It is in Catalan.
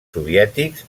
soviètics